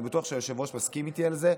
ואני בטוח שהיושב-ראש מסכים איתי על זה,